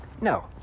No